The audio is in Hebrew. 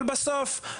אבל בסוף,